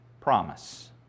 promise